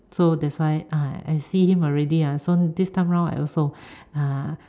so that's why ah I see him already ah so this time round I also